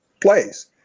place